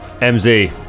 MZ